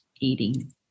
Eating